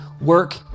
Work